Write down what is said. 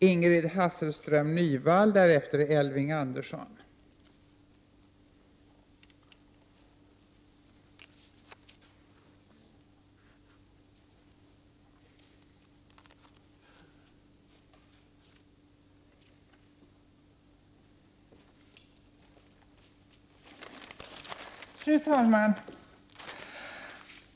Fru talman!